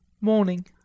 Morning